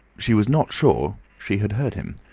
she was not sure she had heard him,